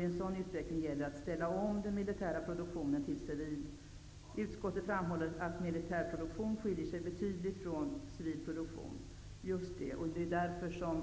I en sådan utveckling gäller det att ställa om den militära produktionen till civil. Utskottet framhåller att militär produktion skiljer sig betydligt från civil produktion -- just det. Det är därför som